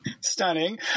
Stunning